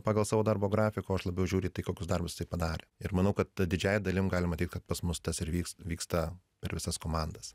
pagal savo darbo grafiką o aš labiau žiūriu į tai kokius darbus jisai padarė ir manau kad ta didžiąja dalim galima teigt kad pas mus tas ir vyks vyksta per visas komandas